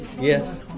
Yes